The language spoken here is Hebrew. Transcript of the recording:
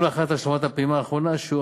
גם לאחר השלמת הפעימה האחרונה שיעור